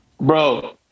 Bro